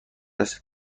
است